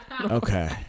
Okay